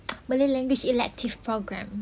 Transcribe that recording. malay language elective programme